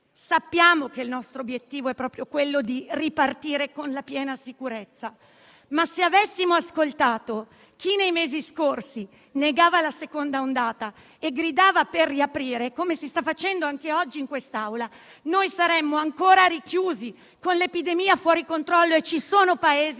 Sappiamo che il nostro obiettivo è proprio quello di ripartire con la piena sicurezza. Ma, se avessimo ascoltato chi, nei mesi scorsi, negava la seconda ondata e gridava per riaprire - come si sta facendo anche oggi in quest'Aula - saremmo ancora rinchiusi, con l'epidemia fuori controllo. Ci sono Paesi